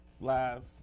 Live